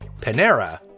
Panera